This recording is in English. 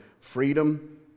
freedom